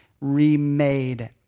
remade